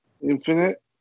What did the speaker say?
Infinite